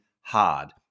hard